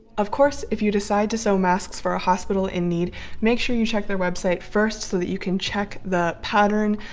of course if you decide to sew masks for a hospital in need make sure you check their website first so that you can check the pattern,